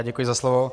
Děkuji za slovo.